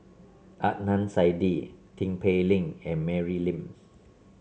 Adnan Saidi Tin Pei Ling and Mary Lim